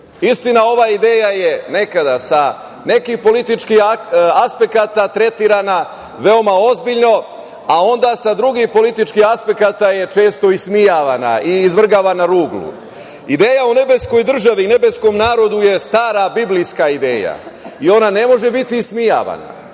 Istina, ova ideja je nekada sa nekih političkih aspekata tretirana veoma ozbiljno, a onda sa drugih političkih aspekata je često ismejavana i izvrgavana ruglu. Ideja o nebeskoj državi i nebeskom narodu je stara biblijska ideja i ona ne može biti ismevana.